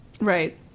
Right